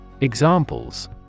Examples